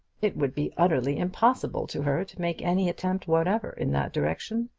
it would be utterly impossible to her to make any attempt whatever in that direction.